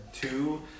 two